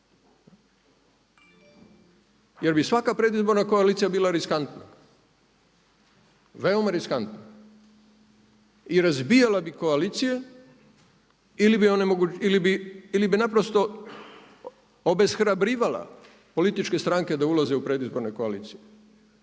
jer bi svaka predizborna koalicija bila riskantna, veoma riskantna i razbijala bi koalicije ili bi naprosto obeshrabrivala političke stranke da ulaze u predizborne koalicije.